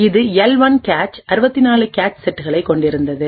இது L 1 cache 64 cache செட்களைக் கொண்டிருந்தது